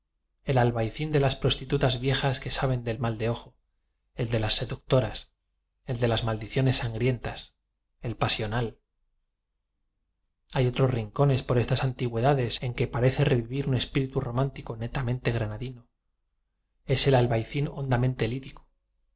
el albayzín de las prostitutas viejas que saben del mal de ojo el de las seductoras el de las maldiciones sangrien tas el pasional hay otros rincones por estas antigüeda des en que parece revivir un espíritu román tico netamente granadino es el albayzín hondamente lírico